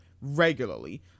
regularly